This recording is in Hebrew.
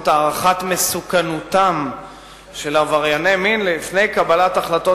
הערכת מסוכנותם של עברייני מין לפני קבלת החלטות